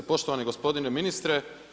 Poštovani gospodine ministre.